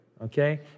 okay